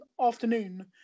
afternoon